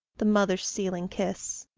the mother's sealing kiss.